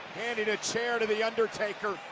handing a chair to the undertaker,